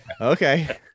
Okay